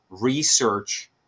research